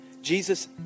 Jesus